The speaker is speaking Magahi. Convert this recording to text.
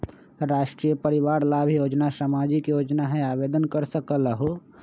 राष्ट्रीय परिवार लाभ योजना सामाजिक योजना है आवेदन कर सकलहु?